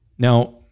Now